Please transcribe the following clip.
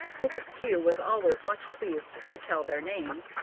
mrs. kew was always much pleased to tell their names,